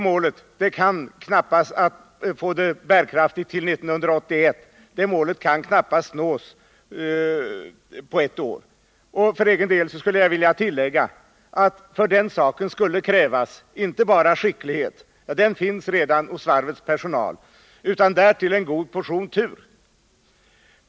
Målet att få varvet bärkraftigt kan knappast nås på ett år. Och för egen del skulle jag vilja tillägga att för den saken skulle krävas inte bara skicklighet — den finns redan hos varvets personal — utan därtill en god portion tur.